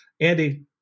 Andy